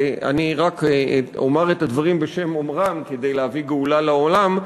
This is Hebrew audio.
אני רק אומר את הדברים בשם אומרם כדי להביא גאולה לעולם.